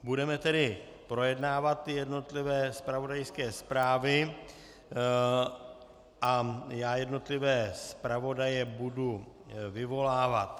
Budeme tedy projednávat jednotlivé zpravodajské zprávy a já budu jednotlivé zpravodaje vyvolávat.